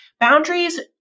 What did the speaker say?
Boundaries